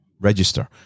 register